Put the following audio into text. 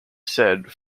said